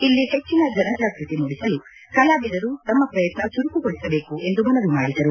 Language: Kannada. ಇಲ್ಲಿ ಹೆಚ್ಚನ ಜನ ಜಾಗೃತಿ ಮೂಡಿಸಲು ಕಲಾವಿದರು ತಮ್ಮ ಪ್ರಯತ್ನ ಚುರುಕುಗೊಳಿಸಬೇಕು ಎಂದು ಮನವಿ ಮಾಡಿದರು